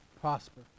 prosper